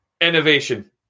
Innovation